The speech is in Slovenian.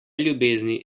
ljubezni